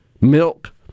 milk